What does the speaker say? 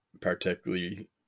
particularly